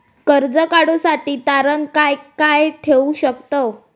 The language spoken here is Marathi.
कर्ज काढूसाठी तारण काय काय ठेवू शकतव?